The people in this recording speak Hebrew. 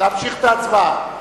להמשיך את ההצבעה.